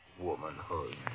Womanhood